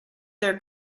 their